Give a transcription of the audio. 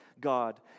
God